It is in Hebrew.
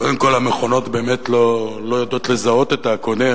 קודם כול, המכונות באמת לא יודעות לזהות את הקונה.